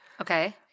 Okay